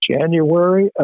January